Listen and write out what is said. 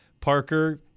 Parker